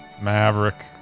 maverick